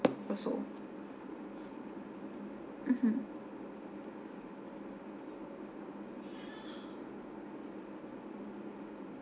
also mmhmm